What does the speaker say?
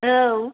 औ